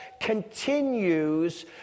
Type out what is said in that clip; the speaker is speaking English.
continues